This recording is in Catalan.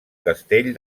castell